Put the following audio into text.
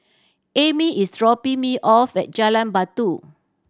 Ammie is dropping me off at Jalan Batu